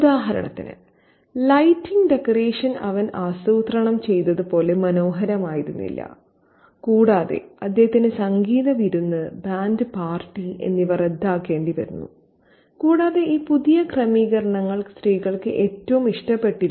ഉദാഹരണത്തിന് lighting decoration അവൻ ആസൂത്രണം ചെയ്തതുപോലെ മനോഹരമായിരുന്നില്ല കൂടാതെ അദ്ദേഹത്തിന് സംഗീത വിരുന്ന് ബാൻഡ് പാർട്ടി എന്നിവ റദ്ദാക്കേണ്ടിവന്നു കൂടാതെ ഈ പുതിയ ക്രമീകരണങ്ങൾ സ്ത്രീകൾക്ക് ഏറ്റവും ഇഷ്ടപ്പെട്ടില്ല